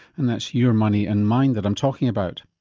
and that's your money and mine that i'm talking about.